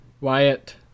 Wyatt